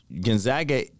Gonzaga